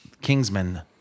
Kingsman